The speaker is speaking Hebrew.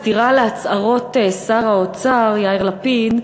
בסתירה להצהרות שר האוצר יאיר לפיד,